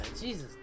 Jesus